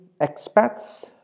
expats